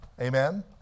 Amen